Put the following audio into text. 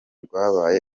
rwabaye